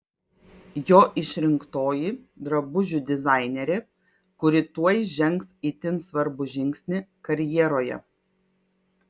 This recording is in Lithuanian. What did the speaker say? jo išrinktoji drabužių dizainerė kuri tuoj žengs itin svarbų žingsnį karjeroje